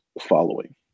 following